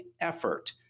effort